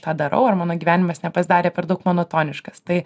tą darau ar mano gyvenimas nepasidarė per daug monotoniškas tai